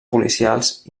policials